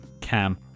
Cam